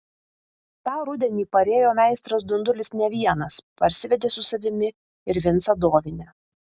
tą rudenį parėjo meistras dundulis ne vienas parsivedė su savimi ir vincą dovinę